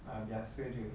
biasa sahaja